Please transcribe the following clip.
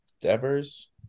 Devers